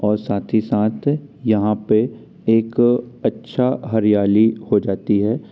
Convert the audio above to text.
और साथ ही साथ यहाँ पे एक अच्छा हरियाली हो जाती है